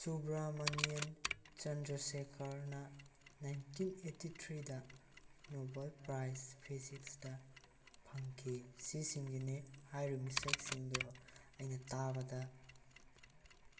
ꯁꯨꯕ꯭ꯔꯥ ꯃꯅꯤꯌꯝ ꯆꯟꯗ꯭ꯔꯁꯦꯛꯈꯔꯅ nineteen eighty ꯊ꯭ꯔꯤꯗ ꯅꯣꯚꯦꯜ ꯄ꯭ꯔꯥꯏꯁ ꯐꯤꯖꯤꯛꯁꯇ ꯐꯪꯈꯤ ꯁꯤꯁꯤꯡꯁꯤꯅꯤ ꯍꯥꯏꯔꯤꯕ ꯃꯤꯁꯛꯁꯤꯡꯗꯣ ꯑꯩꯅ ꯇꯥꯕꯗ